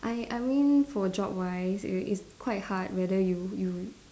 I I mean for job wise it's it's quite hard whether you you